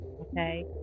okay